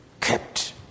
kept